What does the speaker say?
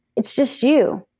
it's just you,